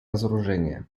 разоружения